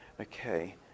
Okay